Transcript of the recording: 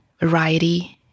variety